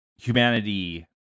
humanity